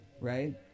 right